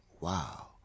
wow